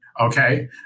Okay